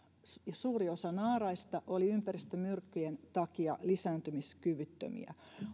suuri osa naaraista oli ympäristömyrkkyjen takia lisääntymiskyvyttömiä